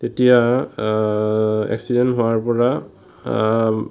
তেতিয়া এক্সিডেণ্ট হোৱাৰ পৰা